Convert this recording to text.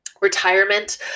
retirement